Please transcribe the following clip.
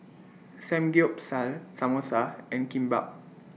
Samgeyopsal Samosa and Kimbap